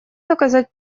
заказать